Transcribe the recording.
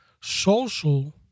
social